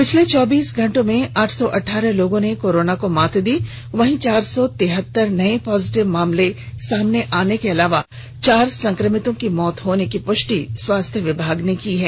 पिछले चौबीस घंटे में आठ सौ अठारह लोगों ने कोरोना को मात दी वहीं चार सौ तिरहतर नए पॉजिटिव मामले सामने आने को अलावा चार संक्रमितों के मौत होने की पुष्टि स्वास्थ्य विभाग ने की है